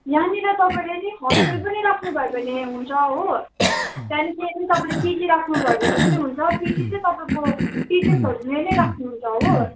यहाँनिर तपाईँले नि हस्टेल पनि राख्नु भयो भने हुन्छ हो त्यहाँदेखि यदि तपाईँले पिजी राख्नु भयो भने पनि हुन्छ पिजी चाहिँ तपाईँको टिचर्सहरूले नै राख्नुहुन्छ हो